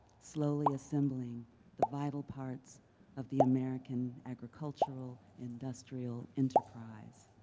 slowly assembling the vital parts of the american agricultural-industrial enterprise,